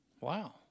Wow